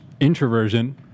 introversion